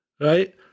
right